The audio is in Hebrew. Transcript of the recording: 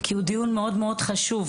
כי הוא דיון מאוד מאוד חשוב,